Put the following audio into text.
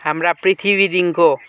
हाम्रा पृथ्वीदेखिको